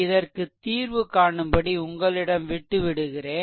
இதற்கு தீர்வு காணும்படி உங்களிடம் விட்டு விடுகிறேன்